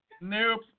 Nope